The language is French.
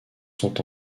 sont